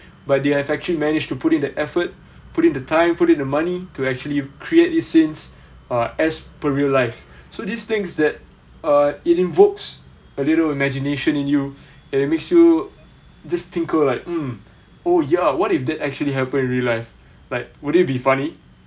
but they've actually managed to put in the effort put in the time put in the money to actually create these scenes uh as per real life so these things that uh it invokes a little imagination in you it makes you just think err like um oh ya what if that actually happen in real life like would it be funny